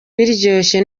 biryoshye